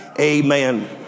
Amen